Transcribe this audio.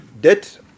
Debt